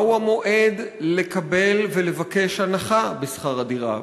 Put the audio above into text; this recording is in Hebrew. מהו המועד לקבל ולבקש הנחה בשכר הדירה,